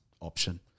option